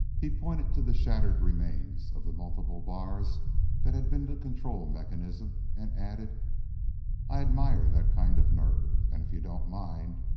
he pointed to the shattered remains of the multiple bars that had been the control mechanism, and added i admire that kind of nerve. and, if you don't mind,